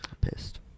Pissed